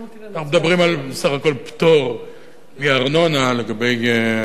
אנחנו מדברים בסך הכול על פטור מארנונה לגבי מקומות